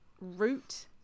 route